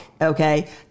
okay